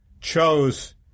chose